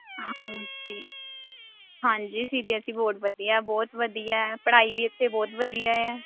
ਹਾਂਜੀ ਹਾਂਜੀ C B S E board ਵਧੀਆ ਬਹੁਤ ਵਧੀਆ ਪੜ੍ਹਾਈ ਵੀ ਇੱਥੇ ਬਹੁਤ ਵਧੀਆ ਆ